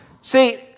See